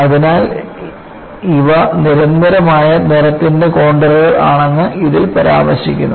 അതിനാൽ ഇവ നിരന്തരമായ നിറത്തിന്റെ കോൺണ്ടറുകൾ ആണെന്ന് അതിൽ പരാമർശിക്കുന്നു